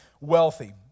wealthy